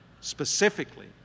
specifically